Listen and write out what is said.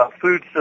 food